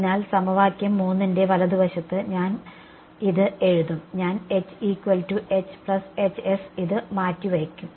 അതിനാൽ സമവാക്യം 3 ന്റെ വലതുവശത്ത് ഞാൻ ഇത് എഴുതും ഞാൻ ഇത് മാറ്റിവയ്ക്കും